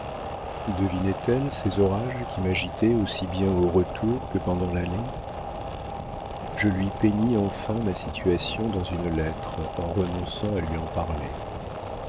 arracher devinait elle ces orages qui m'agitaient aussi bien au retour que pendant l'aller je lui peignis enfin ma situation dans une lettre en renonçant à lui en parler